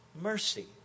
mercy